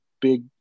big